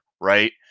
right